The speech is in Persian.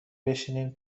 بشنیم